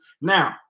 Now